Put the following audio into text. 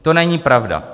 To není pravda.